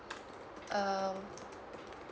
um